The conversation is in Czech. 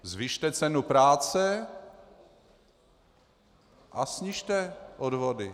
Zvyšte cenu práce a snižte odvody.